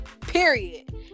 Period